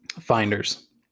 finders